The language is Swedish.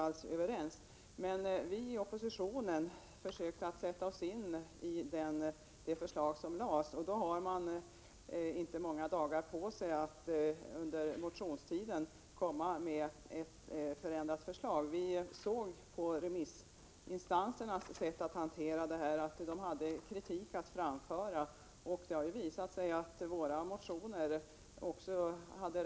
1987/88:79 Vi i oppositionen försökte sätta oss in i det förslag som lades fram, och då — 1 mars 1988 här man inte många dagar på sig för att under mötionstiden lägga fram ett Meddelande orm buer förändrat förslag. Vi såg på remissinstansernas sätt att hantera frågan att de pellation hade kritik att framföra, och det har visat sig att vi hade rätt i våra motioner.